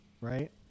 right